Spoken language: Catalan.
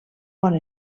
bon